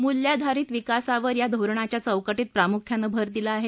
मूल्यधारित विकासावर या धोरणाच्या चौकटीत प्रामुख्यानं भर दिला आहे